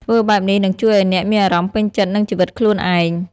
ធ្វើបែបនេះនឹងជួយឱ្យអ្នកមានអារម្មណ៍ពេញចិត្តនឹងជីវិតខ្លួនឯង។